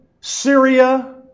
Syria